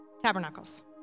Tabernacles